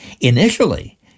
Initially